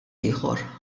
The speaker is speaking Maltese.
ieħor